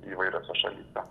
įvairiose šalyse